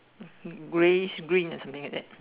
grayish green ah something like that